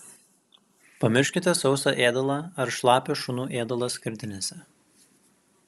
pamirškite sausą ėdalą ar šlapią šunų ėdalą skardinėse